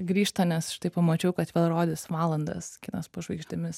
grįžta nes štai pamačiau kad vėl rodys valandas kinas po žvaigždėmis